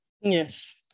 Yes